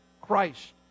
Christ